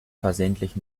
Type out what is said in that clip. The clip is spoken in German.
versehentlich